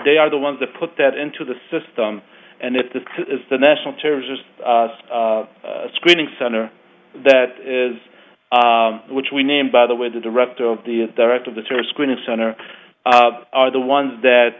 they are the ones that put that into the system and if this is the national terrorist screening center that is which we named by the way the director of the director of the terrorist screening center are the ones that